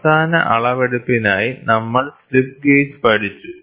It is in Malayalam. അവസാന അളവെടുപ്പിനായി നമ്മൾ സ്ലിപ്പ് ഗേജ് പഠിച്ചു